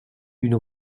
une